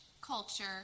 culture